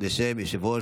יש עוד מישהו?